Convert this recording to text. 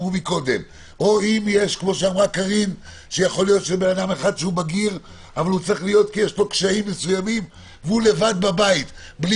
או אם יש אדם שבגיר אבל יש לו קשיים והוא לבד בבית בלי